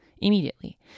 immediately